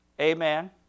amen